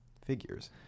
Figures